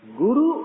guru